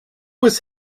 was